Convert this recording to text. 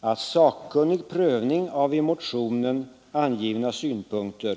Maj:t skulle anhålla om ”sakkunnig prövning av i motionen angivna synpunkter”.